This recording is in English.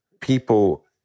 people